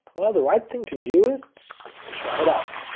well, the right thing to do is try it out.